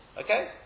Okay